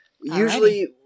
Usually